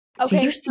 Okay